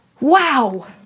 Wow